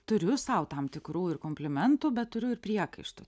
turiu sau tam tikrų ir komplimentų bet turiu ir priekaištų